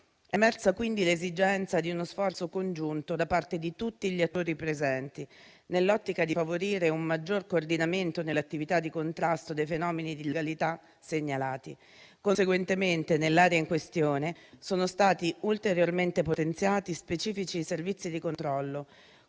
emersa quindi l'esigenza di uno sforzo congiunto da parte di tutti gli attori presenti, nell'ottica di favorire un maggior coordinamento nell'attività di contrasto dei fenomeni di illegalità segnalati. Conseguentemente, nell'area in questione sono stati ulteriormente potenziati specifici servizi di controllo,